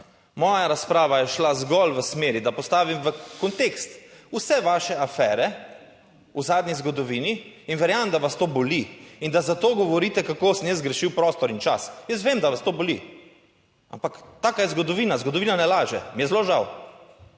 Moja razprava je šla zgolj v smeri, da postavim v kontekst vse vaše afere v zadnji zgodovini. In verjamem, da vas to boli in da za to govorite, kako sem jaz zgrešil prostor in čas. Jaz vem, da vas to boli. Ampak taka je zgodovina. Zgodovina ne laže, mi je zelo žal.